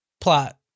Plot